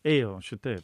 ėjo šitai